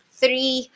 three